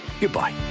Goodbye